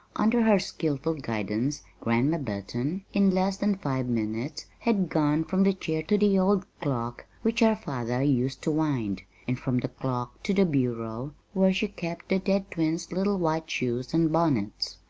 under her skillful guidance grandma burton, in less than five minutes, had gone from the chair to the old clock which her father used to wind, and from the clock to the bureau where she kept the dead twins' little white shoes and bonnets.